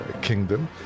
Kingdom